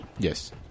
Yes